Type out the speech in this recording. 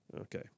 Okay